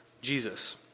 Jesus